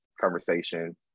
conversation